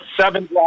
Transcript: seven